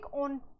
on